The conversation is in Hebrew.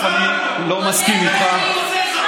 אני לא מסכים איתך.